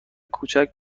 کوچک